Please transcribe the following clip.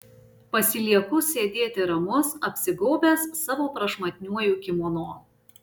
pasilieku sėdėti ramus apsigaubęs savo prašmatniuoju kimono